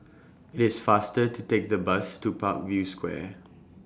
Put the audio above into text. IS faster to Take The Bus to Parkview Square